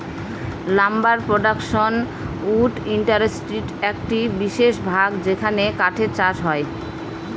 lumber production wood ইন্ডাস্ট্রির একটি বিশেষ ভাগ যেখানে কাঠের চাষ হয়